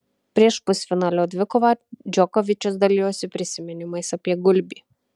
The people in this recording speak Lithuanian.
prieš pusfinalio dvikovą džokovičius dalijosi prisiminimais apie gulbį